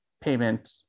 payment